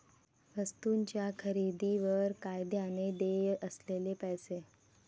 वस्तूंच्या खरेदीवर कायद्याने देय असलेले पैसे